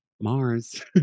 Mars